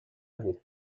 بود